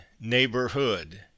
Neighborhood